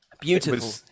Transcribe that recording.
Beautiful